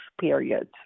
period